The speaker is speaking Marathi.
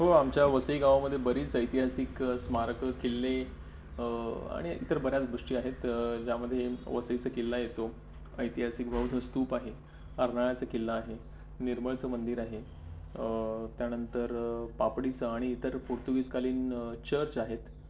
हो आमच्या वसई गावामध्ये बरीच ऐतिहासिक स्मारकं किल्ले आणि इतर बऱ्याच गोष्टी आहेत ज्यामध्ये वसईचं किल्ला येतो ऐतिहासिक बौद्ध स्तूप आहे अर्नाळ्याचं किल्ला आहे निर्मळचं मंदिर आहे त्यानंतर पापडीचं आणि इतर पोर्तुगीजकालीन चर्च आहेत